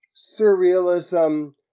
surrealism